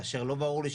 כאשר לא ברור לי,